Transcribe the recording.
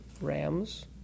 rams